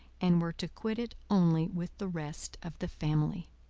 and were to quit it only with the rest of the family.